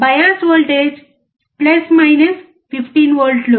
bias voltage plus minus 15 వోల్ట్లు